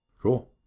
Cool